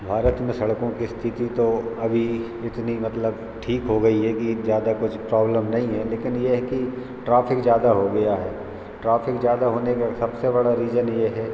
भारत में सड़कों की स्थिति तो अभी इतनी मतलब ठीक हो गई है कि ज़्यादा कुछ प्रॉब्लम नहीं है लेकिन यह है कि ट्राफ़िक ज़्यादा हो गया है ट्राफ़िक ज़्यादा होने का सबसे बड़ा रीजन यह है